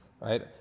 right